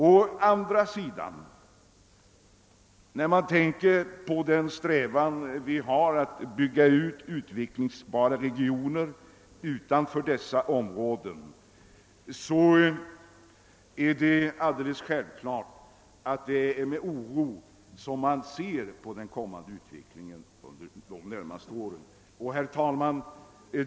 Å andra sidan är det med hänsyn till vår strävan att bygga ut utvecklingsbara regioner utanför dessa områden med oro som man ser på den kommande utvecklingen under de närmaste åren.